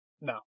No